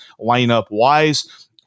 lineup-wise